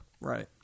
Right